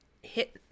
hit